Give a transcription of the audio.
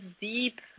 deep